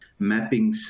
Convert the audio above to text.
mappings